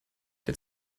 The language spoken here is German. der